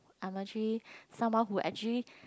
I'm actually someone who actually